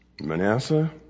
Manasseh